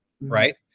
right